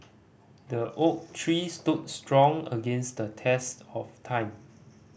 the oak tree stood strong against the test of time